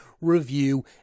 review